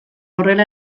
horrela